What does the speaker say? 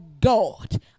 God